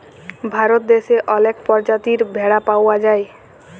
ভারত দ্যাশে অলেক পজাতির ভেড়া পাউয়া যায়